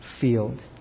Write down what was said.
field